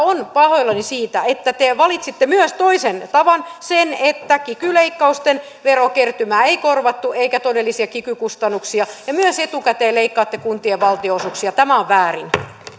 olen pahoillani siitä että te valitsitte myös toisen tavan sen että kiky leikkausten verokertymää ei korvattu eikä todellisia kiky kustannuksia ja myös etukäteen leikkaatte kuntien valtionosuuksia tämä on väärin herra puhemies